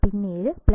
പിൻ 7 Vcc